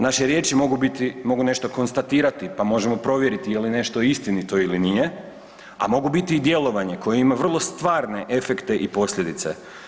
Naše riječi mogu biti, mogu nešto konstatirati pa možemo provjeriti je li nešto istinito ili nije, a mogu biti i djelovanje koje ima vrlo stvarne efekte i posljedice.